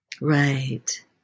Right